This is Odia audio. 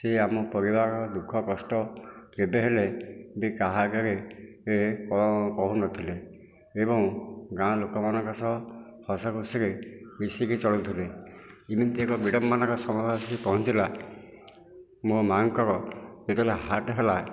ସେ ଆମ ପରିବାରର ଦୁଃଖ କଷ୍ଟ କେବେହେଲେ ବି କାହା ଆଗରେ କହୁନଥିଲେ ଏବଂ ଗାଁ ଲୋକମାନଙ୍କ ସହ ହସ ଖୁସିରେ ମିଶିକି ଚଳୁଥିଲେ ଏମିତି ଏକ ବିଡ଼ମ୍ବନାର ସମୟ ଆସିକି ପହଞ୍ଚିଲା ମୋ ମା'ଙ୍କର ଯେତେବେଳେ ହାର୍ଟ ହେଲା